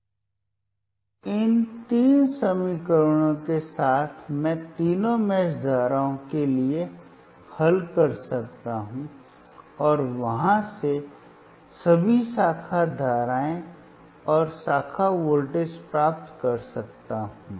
तो इन तीन समीकरणों के साथ मैं तीनों मेष धाराओं के लिए हल कर सकता हूं और वहां से सभी शाखा धाराएं और शाखा वोल्टेज प्राप्त कर सकता हूं